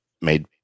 made